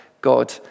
God